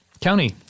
County